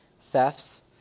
thefts